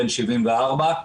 בן 74,